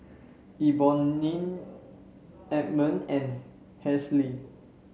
Eboni Edmon and Halsey